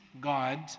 God